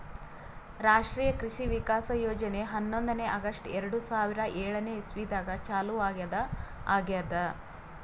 ರಾಷ್ಟ್ರೀಯ ಕೃಷಿ ವಿಕಾಸ್ ಯೋಜನೆ ಹನ್ನೊಂದನೇ ಆಗಸ್ಟ್ ಎರಡು ಸಾವಿರಾ ಏಳನೆ ಇಸ್ವಿದಾಗ ಚಾಲೂ ಆಗ್ಯಾದ ಆಗ್ಯದ್